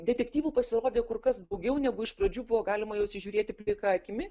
detektyvų pasirodė kur kas daugiau negu iš pradžių buvo galima juos įžiūrėti plika akimi